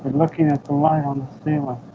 looking at the light on the ceiling